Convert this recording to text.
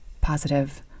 positive